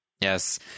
Yes